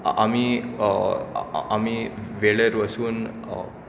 आमी आमी वेळेर वचून